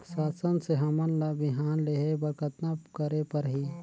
शासन से हमन ला बिहान लेहे बर कतना करे परही?